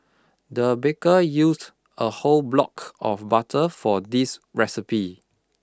the baker used a whole block of butter for this recipe